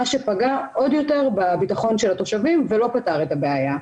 מה שפגע עוד יותר בביטחון של התושבים ולא פתר את הבעיה.